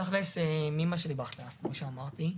תכלס, אמא שלי בכתה כפי שאמרתי,